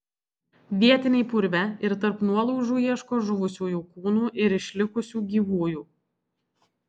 vietiniai purve ir tarp nuolaužų ieško žuvusiųjų kūnų ir išlikusių gyvųjų